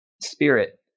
spirit